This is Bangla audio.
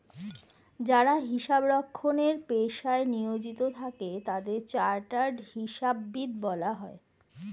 যারা হিসাব রক্ষণের পেশায় নিয়োজিত থাকে তাদের চার্টার্ড হিসাববিদ বলা হয়